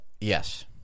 yes